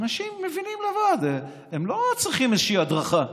אנשים מבינים לבד, הם לא צריכים איזושהי הדרכה.